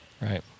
right